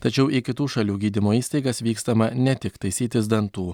tačiau į kitų šalių gydymo įstaigas vykstama ne tik taisytis dantų